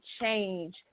change